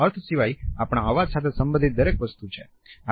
આપણા ચહેરા ના ભવાં ચડાવવા એ એક શબ્દ જેવું જ છે જેના અર્થ અલગ હોઈ શકે છે